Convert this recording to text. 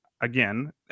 again